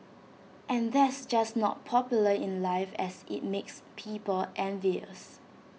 and that's just not popular in life as IT makes people envious